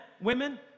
women